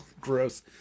gross